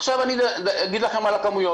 עכשיו אני אגיד לכם עם הכמויות,